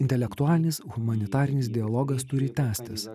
intelektualinis humanitarinis dialogas turi tęstis